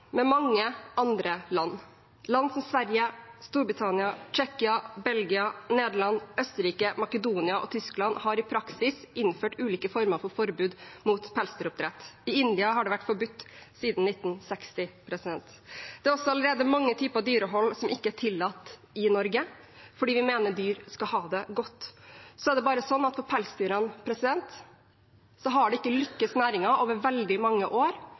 med mange andre land. Land som Sverige, Storbritannia, Tsjekkia, Belgia, Nederland, Østerrike, Makedonia og Tyskland har i praksis innført ulike former for forbud mot pelsdyroppdrett. I India har det vært forbudt siden 1960. Det er allerede mange typer dyrehold som ikke er tillatt i Norge fordi vi mener dyr skal ha det godt. For pelsdyrene har det over veldig mange år